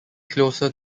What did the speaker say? closer